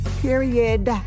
Period